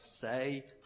say